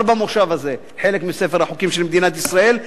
במושב הזה חלק מספר החוקים של מדינת ישראל.